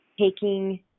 taking